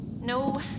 No